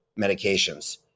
medications